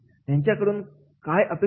त्यांच्याकडून काय अपेक्षित आहे